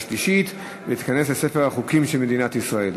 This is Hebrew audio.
שלישית ותיכנס לספר החוקים של מדינת ישראל.